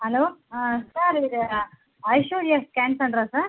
hello sir இது Aishwarya scan சென்டரா sir